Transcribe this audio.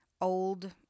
old